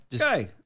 Okay